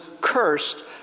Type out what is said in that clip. cursed